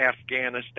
Afghanistan